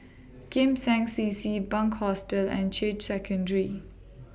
Kim Seng C C Bunc Hostel and Secondary